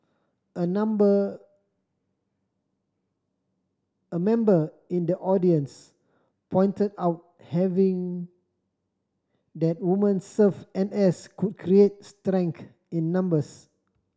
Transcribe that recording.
a number a member in the audience pointed out having that woman serve N S could create in numbers